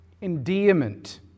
endearment